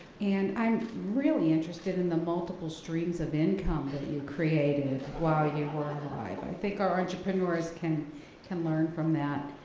and i'm really interested in the multiple streams of income that you created while you were alive, i think our entrepreneurs can can learn from that.